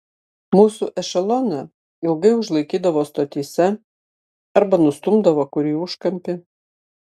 mūsų ešeloną ilgai užlaikydavo stotyse arba nustumdavo kur į užkampį